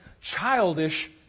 childish